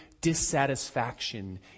dissatisfaction